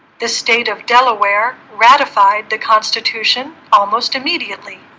the state of delaware ratified the constitution almost immediately